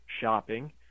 shopping